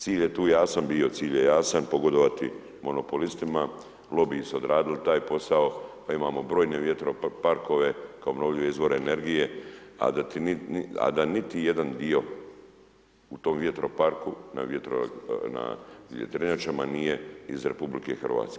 Cilj j tu jasan bio, cilj je jasan, pogodovati monopolistima, lobiji su odradili taj posao pa imamo brojne vjetroparkove kao obnovljive izvore energije a da niti jedan dio u tom vjetroparku na vjetrenjačama nije iz RH.